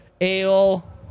Ale